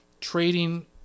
trading